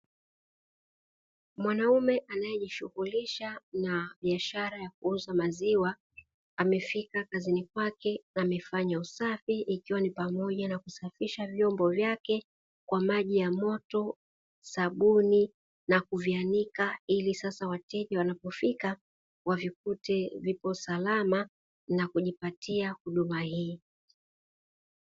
Mwanaume anayejishughulisha na biashara ya kuuza maziwa amefika kazini kwake amefanya usafi, ikiwa ni pamoja na kusafisha vyombo vyake kwa maji ya moto sabuni na kuvianika ili sasa wateja wanapofika wavikute vipo salama na kujipatia huduma hii.